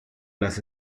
las